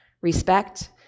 respect